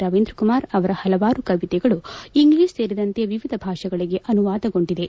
ರವೀಂದ್ರಕುಮಾರ್ ಅವರ ಪಲವಾರು ಕವಿತೆಗಳು ಇಂಗ್ಲಿಷ್ ಸೇರಿದಂತೆ ವಿವಿಧ ಭಾಷೆಗಳಿಗೆ ಅನುವಾದಗೊಂಡಿದೆ